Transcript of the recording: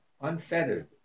unfettered